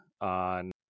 on